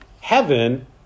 heaven